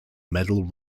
medal